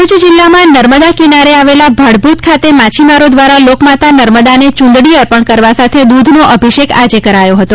ભરૂચ જિલ્લામાં નર્મદા કિનારે આવેલા ભાડભૂત ખાતે માછીમારો દ્વારા લોકમાતા નર્મદાને ચૂંદડી અર્પણ કરવા સાથે દૂધનો અભિષેક આજે કરાયો હતો